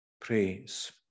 praise